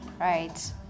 right